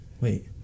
Wait